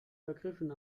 vergriffen